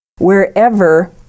wherever